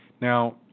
Now